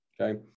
Okay